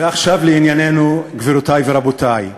ועכשיו לענייננו, גבירותי ורבותי.